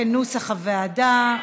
כנוסח הוועדה.